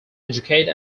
educate